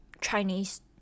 Chinese